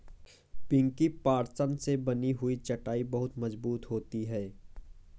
पिंकी पटसन से बनी हुई चटाई बहुत मजबूत होती है